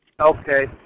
Okay